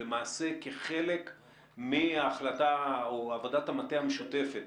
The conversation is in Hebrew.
שלמעשה כחלק מהחלטה או עבודת המטה המשותפת